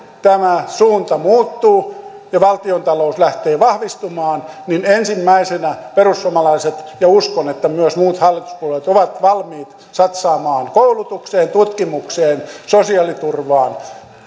tämä suunta muuttuu ja valtiontalous lähtee vahvistumaan niin ensimmäisenä perussuomalaiset ja uskon että myös muut hallituspuolueet ovat valmiit satsaamaan koulutukseen tutkimukseen sosiaaliturvaan